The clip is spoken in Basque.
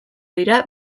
dira